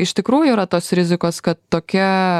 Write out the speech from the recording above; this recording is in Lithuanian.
iš tikrųjų yra tos rizikos kad tokia